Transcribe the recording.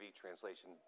translation